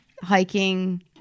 hiking